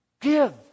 Give